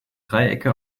dreiecke